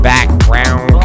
background